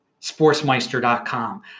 sportsmeister.com